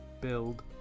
Build